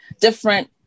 different